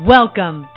Welcome